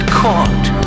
caught